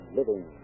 living